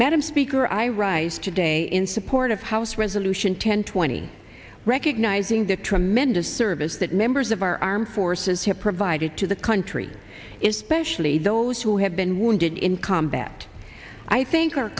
madam speaker i rise today in support of house resolution ten twenty recognizing the tremendous service that members of our armed forces have provided to the country is specially those who have been wounded in combat i think our